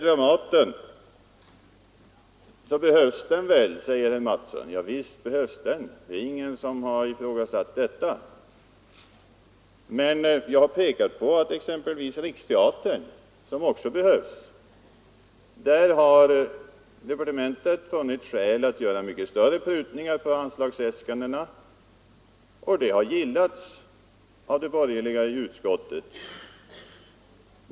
Dramaten behövs väl, säger herr Mattsson i Lane-Herrestad. Ja, visst behövs den, ingen har ifrågasatt detta. Men jag framhöll att beträffande exempelvis Riksteatern, som också behövs, har departementet funnit skäl att göra mycket större prutningar på anslagsäskandena och det har gillats av de borgerliga i utskottet.